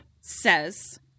says